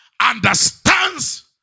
understands